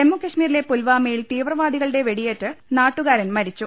ജമ്മുകശ്മീരിലെ പുൽവാമയിൽ തീവ്രവാദികളുടെ വെടിയേറ്റ് നാട്ടുകാരൻ മരിച്ചു